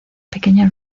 pequeña